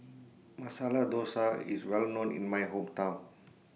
Masala Dosa IS Well known in My Hometown